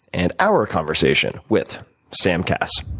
and our conversation, with sam kass.